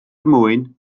mwyn